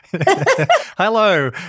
Hello